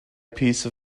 piece